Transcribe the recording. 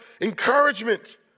encouragement